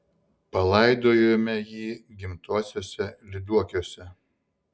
palaidojome jį gimtuosiuose lyduokiuose